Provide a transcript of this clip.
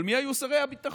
אבל מי היו שרי הביטחון